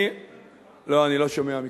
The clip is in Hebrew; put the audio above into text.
אני, לא, אני לא שומע מכאן.